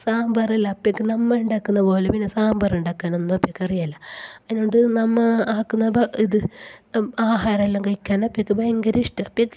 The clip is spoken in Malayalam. സാമ്പാര് എല്ലാം അപ്പേക്ക് നമ്മൾ ഉണ്ടാക്കുന്ന പോലെ പിന്നെ സാമ്പാര് ഉണ്ടാക്കാനൊന്നും അപ്പേക്ക് അറിയില്ല അതുകൊണ്ട് നമ്മൾ ആക്കുന്ന ഇത് ആഹാരമെല്ലാം കഴിക്കാൻ അപ്പേക്ക് ഭയങ്കര ഇഷ്ടം അപ്പേക്ക്